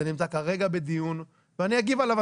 זה נמצא כרגע בדיון ואני אגיב עליו.